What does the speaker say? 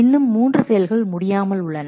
இன்னும் மூன்று செயல்கள் முடியாமல் உள்ளன